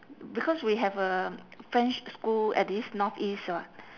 because we have a french school at this northeast [what]